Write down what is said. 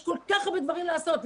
יש כל כך הרבה דברים לעשות.